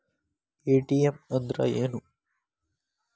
ATM ಅಂದ್ರ ಏನು?